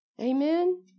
Amen